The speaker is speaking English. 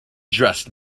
dressed